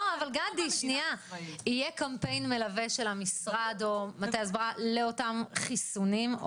יהיה קמפיין מלווה של המשרד לאותם חיסונים?